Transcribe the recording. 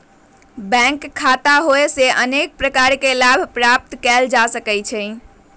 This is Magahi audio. बैंक खता होयेसे अनेक प्रकार के लाभ प्राप्त कएल जा सकइ छै